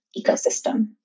ecosystem